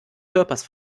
körpers